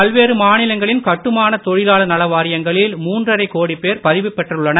பல்வேறு மாநிலங்களின் கட்டுமான தொழிலாளர் நல வாரியங்களில் மூன்றரை கோடிப் பேர் பதிவுபெற்றள்ளனர்